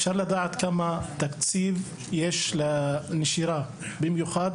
אפשר לדעת מה התקציב שהוקצה לטיפול בנושא הנשירה בכלל?